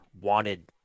wanted